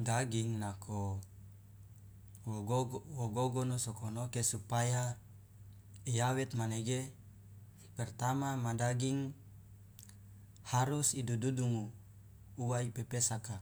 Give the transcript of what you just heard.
Daging nako wo gogono sokonoke supaya iawet manege pertama ma daging harus idudungu uwa i pepesaka